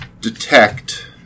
detect